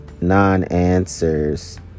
non-answers